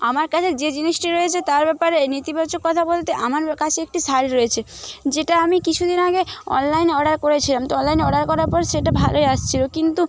আমার কাছে যে জিনিসটি রয়েছে তার ব্যাপারে নেতিবাচক কথা বলতে আমার কাছে একটি শাড়ি রয়েছে যেটা আমি কিছু দিন আগে অনলাইনে অর্ডার করেছিলাম তো অনলাইনে অর্ডার করার পর সেটা ভালোই আসছিলো কিন্তু